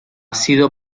sido